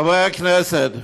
חברי הכנסת,